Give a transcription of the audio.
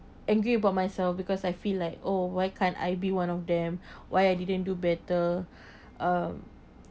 angry about myself because I feel like oh why can't I be one of them why I didn't do better uh